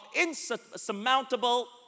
insurmountable